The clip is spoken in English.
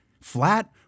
flat